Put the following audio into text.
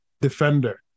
defender